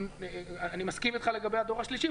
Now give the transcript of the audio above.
אני מסכים איתך לגבי הדור השלישי,